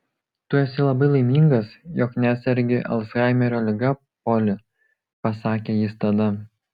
tu esi labai laimingas jog nesergi alzhaimerio liga poli pasakė jis tada